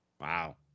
Wow